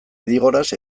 idigoras